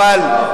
מה זה קשור?